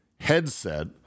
headset